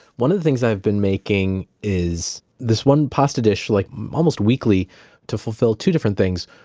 one of the things i've been making is, this one pasta dish like almost weekly to fulfill two different things.